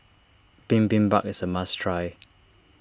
Bibimbap is a must try